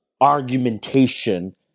argumentation